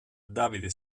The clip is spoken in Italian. davide